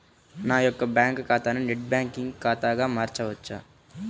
నా యొక్క బ్యాంకు ఖాతాని నెట్ బ్యాంకింగ్ ఖాతాగా మార్చవచ్చా?